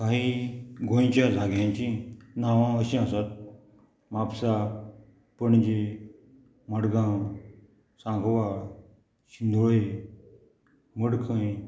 काही गोंयच्या जाग्यांची नांवां अशीं आसात म्हापसा पणजे मडगांव सांगवाळ शिंधोळे मडकय